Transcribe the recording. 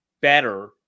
better